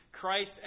Christ